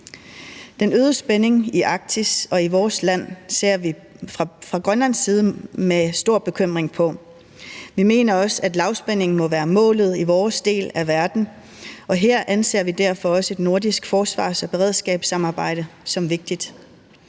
Den øgede spænding i Arktis og i vores land ser vi fra Grønlands side med stor bekymring på. Vi mener også, at lavspænding må være målet i vores del af verden, og her anser vi derfor også et nordisk forsvars- og beredskabssamarbejde som vigtigt.